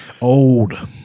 Old